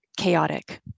chaotic